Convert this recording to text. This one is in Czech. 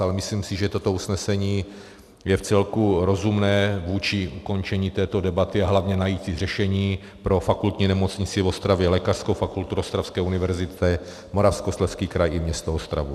Ale myslím si, že toto usnesení je vcelku rozumné vůči ukončení této debaty, a hlavně najít si řešení pro Fakultní nemocnici v Ostravě, Lékařskou fakultu ostravské univerzity, Moravskoslezský kraj i město Ostravu.